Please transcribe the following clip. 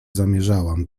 zamierzałam